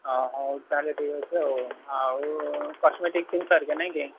ହଁ ହଉ ତା'ହେଲେ ଠିକ୍ ଅଛି ଆଉ ହଉ ଆଉ କସ୍ମେଟିକ୍ସ ଜିନିଷ ହେରିକା ନାହିଁ କି